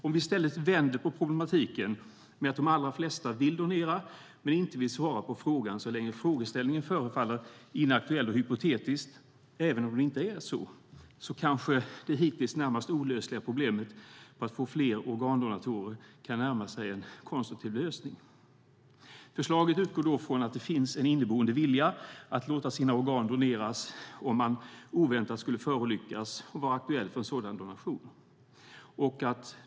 Om vi i stället vänder på problemet, så att de allra flesta vill donera men inte vill svara på frågan så länge frågan förefaller inaktuell och hypotetisk - även om det inte är så - kanske det hittills närmast olösliga problemet för att få fler organdonatorer kan närma sig en konstruktiv lösning. Förslaget utgår från att det finns en inneboende vilja att låta sina organ doneras om man oväntat skulle förolyckas och vara aktuell för sådan donation.